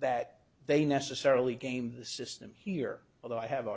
that they necessarily game the system here although i have